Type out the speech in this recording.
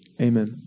Amen